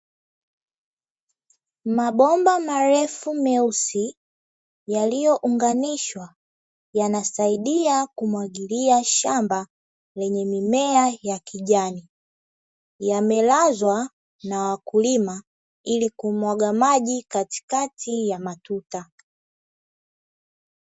Mabomba marefu meusi yaliyounganishwa yanasaidia kumwagilia shamba lenye mimea ya kijani, yamelazwa na wakulima ili kumwaga maji katikatika ya matuta.